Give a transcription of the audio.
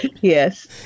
yes